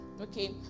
Okay